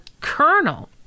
colonel